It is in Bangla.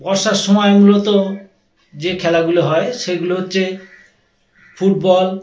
বর্ষার সময় মূলত যে খেলাগুলো হয় সেগুলো হচ্ছে ফুটবল